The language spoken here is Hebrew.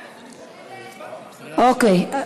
אני מבקש הודעה אישית.